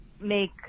make